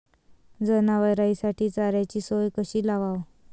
जनावराइसाठी चाऱ्याची सोय कशी लावाव?